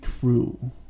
true